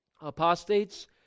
Apostates